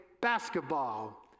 basketball